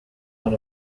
out